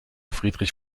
friedrich